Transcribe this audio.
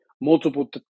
multiple